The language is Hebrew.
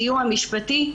סיוע משפטי,